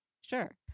sure